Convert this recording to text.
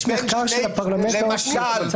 יש מחקר של הפרלמנט האוסטרי.